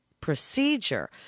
procedure